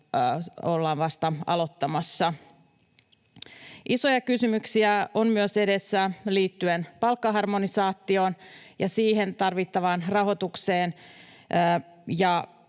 ollaan vasta aloittamassa. Isoja kysymyksiä on edessä liittyen myös palkkaharmonisaatioon ja siihen tarvittavaan rahoitukseen.